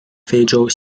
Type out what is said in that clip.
非洲